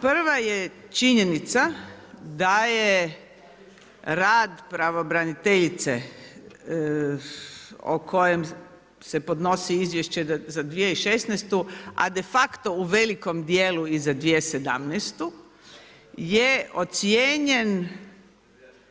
Prva je činjenica da je rad pravobraniteljice o kojem se podnosi izvješće za 2016., a de facto u velikom dijelu i za 2017. je ocijenjen